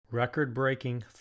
Record-breaking